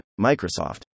Microsoft